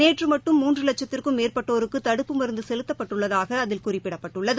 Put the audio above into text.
நேற்று மட்டும் மூன்று வட்சத்திற்கும் மேற்பட்டோருக்கு தடுப்புப் மருந்து செலுத்தப்பட்டுள்ளதாக அதில் குறிப்பிடப்பட்டுள்ளது